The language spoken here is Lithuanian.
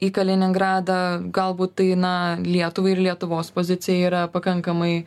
į kaliningradą galbūt tai na lietuvai ir lietuvos pozicijai yra pakankamai